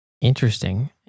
Interesting